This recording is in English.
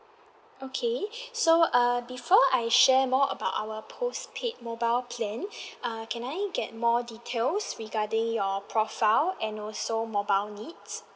okay so err before I share more about our postpaid mobile plan uh can I get more details regarding your profile and also mobile needs